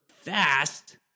fast